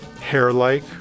hair-like